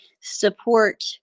support